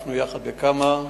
שהשתתפנו יחד בכמה,